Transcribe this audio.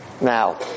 Now